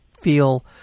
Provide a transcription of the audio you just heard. feel